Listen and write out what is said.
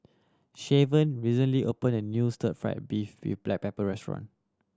Shavon recently opened a new stir fried beef with black pepper restaurant